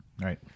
Right